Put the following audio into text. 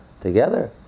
together